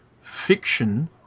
fiction